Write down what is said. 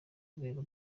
rwego